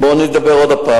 בואו נדבר עוד הפעם,